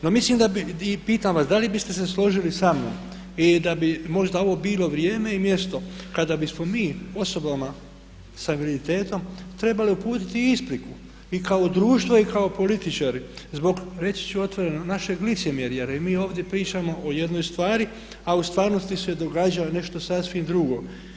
No mislim da bi, i pitam vas, da li biste se složili samnom, i da bi možda ovo bilo vrijeme i mjesto kada bismo mi osobama sa invaliditetom trebali uputiti i ispriku i kao društvo i kao političari, zbog, reći ću otvoreno našeg licemjerja jer mi ovdje pričamo o jednoj stvari a u stvarnosti se događa nešto sasvim drugo.